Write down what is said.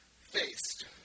faced